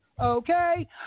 Okay